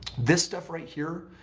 this stuff right here?